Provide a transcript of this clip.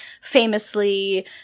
famously